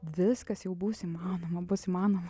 viskas jau bus įmanoma bus įmanoma